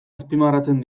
azpimarratzen